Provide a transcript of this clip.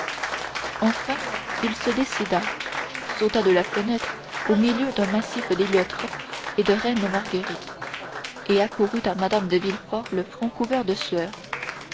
enfin il se décida sauta de la fenêtre au milieu d'un massif d'héliotropes et de reines marguerites et accourut à mme de villefort le front couvert de sueur